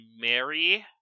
Mary